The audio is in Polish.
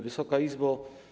Wysoka Izbo!